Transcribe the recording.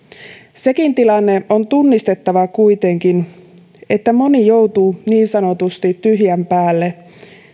sekin tilanne on tunnistettava kuitenkin että moni joutuu niin sanotusti tyhjän päälle